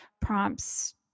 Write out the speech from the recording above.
prompts